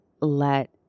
let